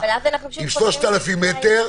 עם 3,000 מטר,